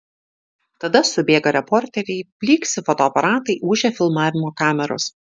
tada subėga reporteriai blyksi fotoaparatai ūžia filmavimo kameros